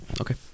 Okay